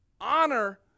Honor